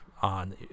on